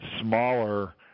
smaller